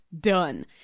done